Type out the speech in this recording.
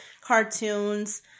cartoons